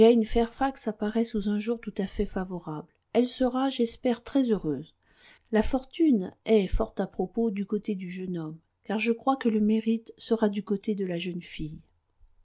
fairfax apparait sous un jour tout à fait favorable elle sera j'espère très heureuse la fortune est fort à propos du côté du jeune homme car je crois que le mérite sera du côté de la jeune fille